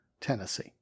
Tennessee